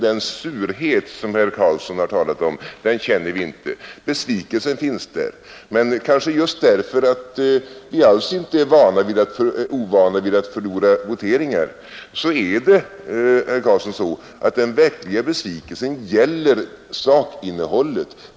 Den surhet som herr Karlsson har talat om känner vi inte, även om besvikelsen finns där. Men kanske just därför att vi alls inte är ovana vid att förlora voteringar är det så, herr Karlsson, att den verkliga besvikelsen gäller sakinnehållet.